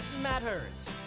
matters